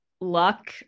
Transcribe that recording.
luck